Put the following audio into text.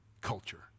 culture